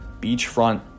beachfront